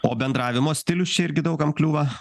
o bendravimo stilius čia irgi daug kam kliūva